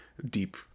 Deep